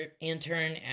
intern